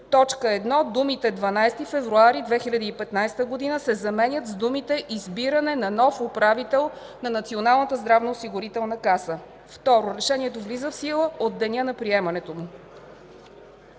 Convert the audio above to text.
в т. 1 думите „12 февруари 2015 г.” се заменят с думите „избиране на нов управител на Националната здравноосигурителна каса”. 2. Решението влиза в сила от деня на приемането му.”